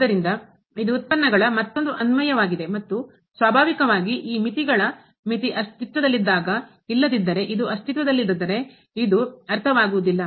ಆದ್ದರಿಂದ ಇದು ಉತ್ಪನ್ನಗಳ ಮತ್ತೊಂದು ಅನ್ವಯವಾಗಿದೆ ಮತ್ತು ಸ್ವಾಭಾವಿಕವಾಗಿ ಈ ಮಿತಿಗಳ ಮಿತಿ ಅಸ್ತಿತ್ವದಲ್ಲಿದ್ದಾಗ ಇಲ್ಲದಿದ್ದರೆ ಇದು ಅಸ್ತಿತ್ವದಲ್ಲಿಲ್ಲದಿದ್ದರೆ ಇದು ಅರ್ಥವಾಗುವುದಿಲ್ಲ